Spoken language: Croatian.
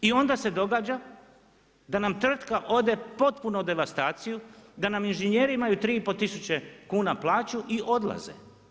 I onda se događa da nam tvrtka ode potpuno u devastaciju, da nam inženjeri imaju 3500 kn plaću i odlaze.